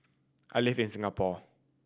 I live in Singapore